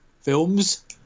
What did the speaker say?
films